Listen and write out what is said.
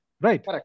Right